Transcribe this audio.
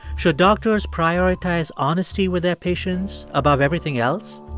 should doctors prioritize honesty with their patients above everything else?